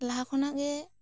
ᱞᱟᱦᱟ ᱠᱷᱚᱱᱟᱜ ᱜᱮ